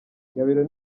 gabiro